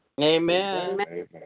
Amen